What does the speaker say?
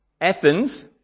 Athens